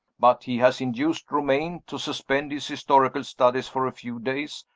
but he has induced romayne to suspend his historical studies for a few days,